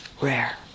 rare